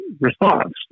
response